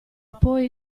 poi